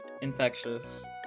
infectious